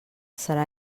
serà